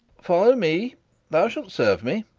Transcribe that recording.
follow me thou shalt serve me.